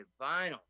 Vinyl